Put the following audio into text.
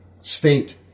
state